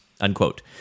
unquote